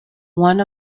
one